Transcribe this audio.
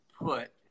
put